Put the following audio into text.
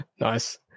Nice